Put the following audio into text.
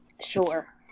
Sure